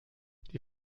die